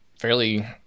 fairly